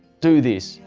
do this,